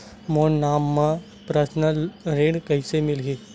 मोर नाम म परसनल ऋण कइसे मिलही?